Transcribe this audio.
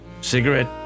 Cigarette